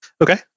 okay